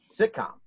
sitcom